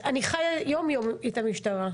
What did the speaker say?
אני חיה יום-יום את המשטרה.